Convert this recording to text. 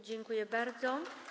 Dziękuję bardzo.